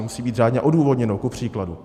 Musí být řádně odůvodněno kupříkladu.